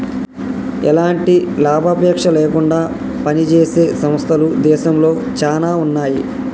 ఎలాంటి లాభాపేక్ష లేకుండా పనిజేసే సంస్థలు దేశంలో చానా ఉన్నాయి